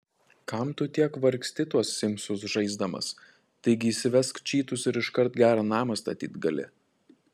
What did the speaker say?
kam tu tiek vargsti tuos simsus žaisdamas taigi įsivesk čytus ir iškart gerą namą statyt gali